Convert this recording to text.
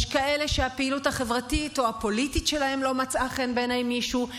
יש כאלה שהפעילות החברתית או הפוליטית שלהם לא מצאה חן בעיני מישהו,